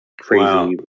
crazy